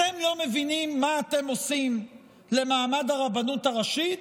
אתם לא מבינים מה אתם עושים למעמד הרבנות הראשית,